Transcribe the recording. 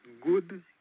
good